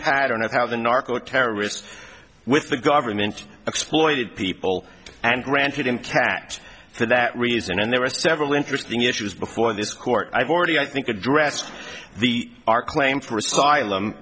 pattern of how the narcoterrorists with the government exploited people and granted him catch for that reason and there were several interesting issues before this court i've already i think addressed the our claim for asylum